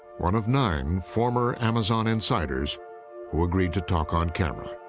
one of nine former amazon insiders who agreed to talk on camera.